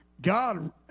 God